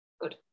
Good